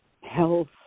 health